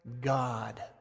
God